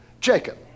jacob